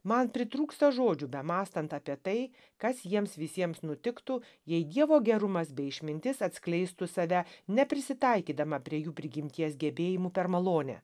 man pritrūksta žodžių bemąstant apie tai kas jiems visiems nutiktų jei dievo gerumas bei išmintis atskleistų save neprisitaikydama prie jų prigimties gebėjimų per malonę